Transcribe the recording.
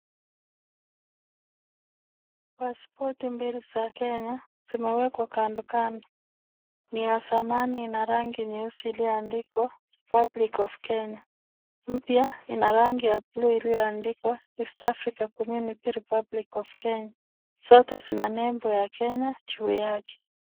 Pasipoti mbili za Kenya zinawekwa kando kando. Ni ya zamani na ina rangi nyeusi iliyoandikwa REPUBLIC OF KENYE. Mpya ina rangi ya buluu iliyoandikwa EAST AFRICA COMMUNITY REPUBLIC OF KENYA. Zote zina nembo ya Kenya juu yake.